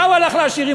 מה הוא הלך לעשירים?